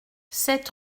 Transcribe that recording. sept